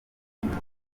napoli